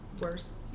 worst